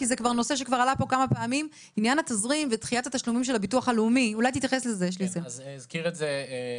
דחייה של הביטוח הלאומי עד אפריל,